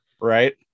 Right